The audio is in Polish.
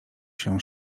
się